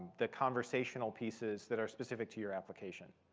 the conversational pieces that are specific to your application.